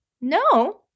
No